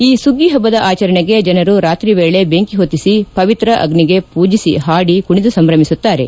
ಈ ಸುಗ್ಗಿ ಹಬ್ಬದ ಆಚರಣೆಗೆ ಜನರು ರಾತ್ರಿ ವೇಳೆ ಬೆಂಕಿ ಹೊತ್ತಿಸಿ ಪವಿತ್ರ ಅಗ್ನಿಗೆ ಪೂಜಿಸಿ ಹಾಡಿ ಕುಣಿದು ಸಂಭ್ರಮಿಸುತ್ತಾರೆ